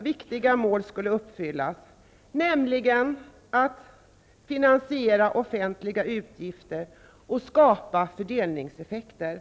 viktiga mål skulle uppfyllas, nämligen att finansiera offentliga utgifter och skapa fördelningseffekter.